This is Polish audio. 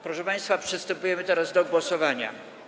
Proszę państwa, przystępujemy teraz do głosowania.